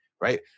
Right